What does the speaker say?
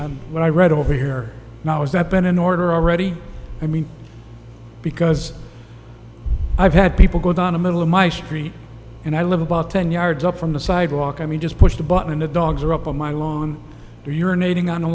on what i read over here now is that been an order already i mean because i've had people go down the middle of my street and i live about ten yards up from the sidewalk i mean just push the button and the dogs are up on my lawn or urinating on a